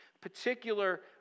particular